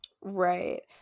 right